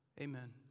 Amen